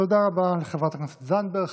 תודה רבה לחברת הכנסת זנדברג.